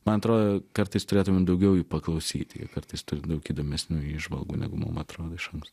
man tro kartais turėtumėm daugiau jų paklausyti kartais turi daug įdomesnių įžvalgų negu mum atrodo iš anksto